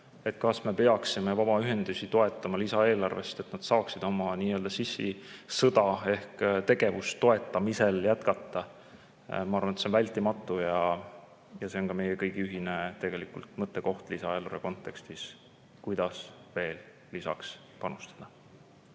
kas me peaksime vabaühendusi toetama lisaeelarvest, et nad saaksid oma nii-öelda sissisõda ehk tegevust jätkata, ma arvan, et see on vältimatu. See on meie kõigi ühine mõttekoht lisaeelarve kontekstis, kuidas veel lisaks panustada.